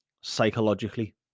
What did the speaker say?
psychologically